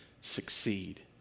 succeed